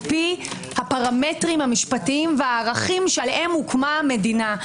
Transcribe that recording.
פי הפרמטרים המשפטיים והערכים שעליהם הוקמה המדינה.